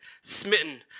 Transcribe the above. smitten